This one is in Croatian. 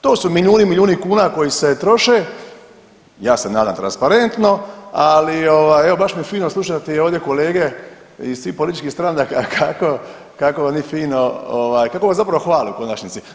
To su milijuni i milijuni kuna koji se troše, ja se nadam transparentno, ali ovaj, evo baš mi je fino slušati ovdje kolege iz svih političkih stranaka, kako oni fino, kako vas zapravo hvale, u konačnici.